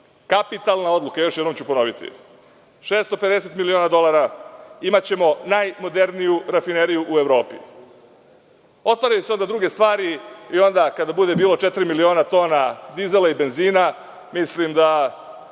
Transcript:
imali. Kapitalna odluka, još jednom ću ponoviti, 650 miliona dolara. Imaćemo najmoderniju rafineriju u Evropi. Otvaraju se onda druge stvari i onda kada bude bilo četiri miliona tona dizela i benzina, mislim da